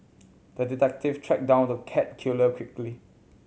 the detective tracked down the cat killer quickly